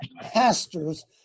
pastors